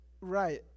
Right